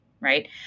Right